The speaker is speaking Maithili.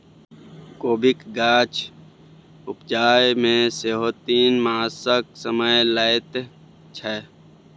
कोबीक गाछ उपजै मे सेहो तीन मासक समय लैत छै